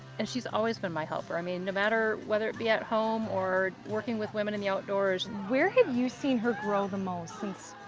and she's always been my helper, i mean, no matter whether it be at home or working with women in the outdoors. where have you seen her grow the most since,